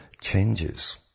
changes